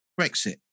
Brexit